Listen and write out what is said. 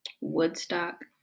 Woodstock